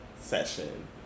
session